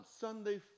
Sunday